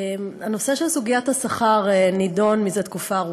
הנושא של סוגיית השכר נדון מזה תקופה ארוכה.